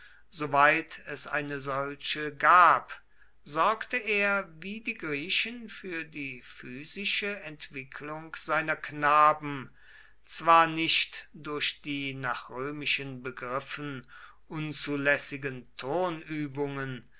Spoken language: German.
soweit es eine solche gab sorgte er wie die griechen für die physische entwicklung seiner knaben zwar nicht durch die nach römischen begriffen unzulässigen